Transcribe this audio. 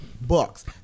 books